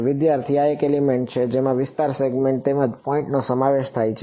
વિદ્યાર્થી આ એક એલિમેન્ટ છે જેમાં વિસ્તાર સેગમેન્ટ તેમજ તે પોઈન્ટનો સમાવેશ થાય છે